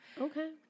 Okay